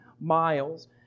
miles